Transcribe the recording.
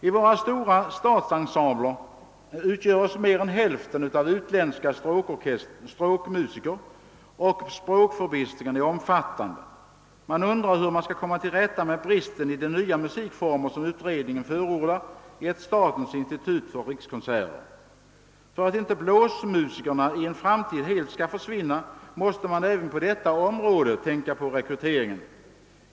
I våra stora statsensembler utgöres mer än hälften av utländska stråkmusiker, och språkförbistringen är omfattande. Man måste fråga sig hur man skall komma till rätta med bristen i de nya musikformer som utredningen förordar i ett »statens institut för rikskonserter». För att inte blåsmusikerna i en framtid helt skall försvinna måste man även beträffande dessa tänka på rekryteringen.